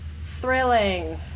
thrilling